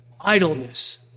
idleness